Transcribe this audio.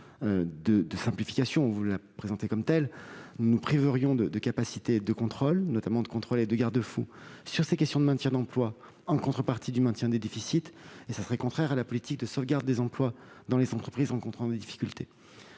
de « simplification »- vous la présentez comme telle -, nous nous priverions de capacités de contrôle et de garde-fous. Le maintien d'emplois en contrepartie du maintien des déficits serait contraire à la politique de sauvegarde des emplois dans les entreprises rencontrant des difficultés.